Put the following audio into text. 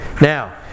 Now